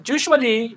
Usually